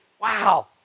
Wow